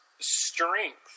strength